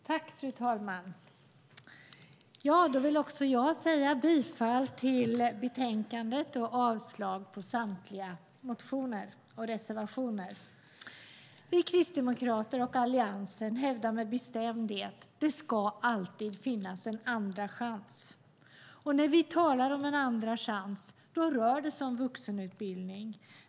Fru talman! Också jag vill yrka bifall till förslaget i betänkandet och avslag på samtliga motioner och reservationer. Vi kristdemokrater och Alliansen hävdar med bestämdhet att det alltid ska finnas en andra chans. När vi talar om en andra chans rör det sig om vuxenutbildning.